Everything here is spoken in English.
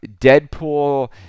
Deadpool